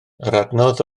adnodd